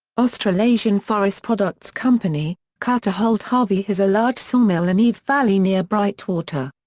australasian forest products company, carter holt harvey has a large sawmill in eves valley near brightwater.